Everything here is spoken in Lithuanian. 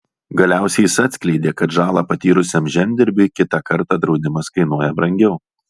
galiausiai jis atskleidė kad žalą patyrusiam žemdirbiui kitą kartą draudimas kainuoja brangiau